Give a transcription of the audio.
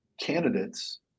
candidates